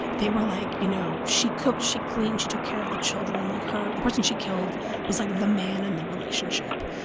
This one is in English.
they were like, you know, she cooked, she cleaned, she took care of the children. like, her the person she killed was like the man in the relationship,